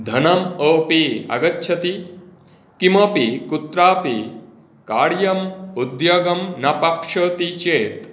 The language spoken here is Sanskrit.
धनम् अपि आगच्छति किमपि कुत्रापि कार्यम् उद्योगं न प्राप्यति चेत्